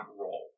role